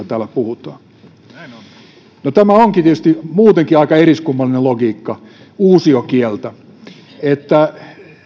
täällä puhutaan no tämä onkin tietysti muutenkin aika eriskummallinen logiikka uusiokieltä että